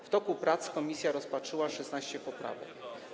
W toku prac komisja rozpatrzyła 16 poprawek.